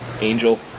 Angel